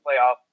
playoff